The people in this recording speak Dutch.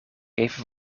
even